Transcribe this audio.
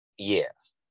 Yes